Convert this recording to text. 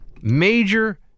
major